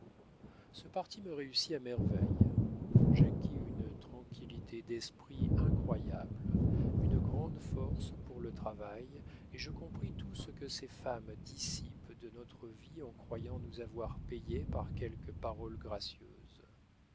ce parti me réussit à merveille j'acquis une tranquillité d'esprit incroyable une grande force pour le travail et je compris tout ce que ces femmes dissipent de notre vie en croyant nous avoir payé par quelques paroles gracieuses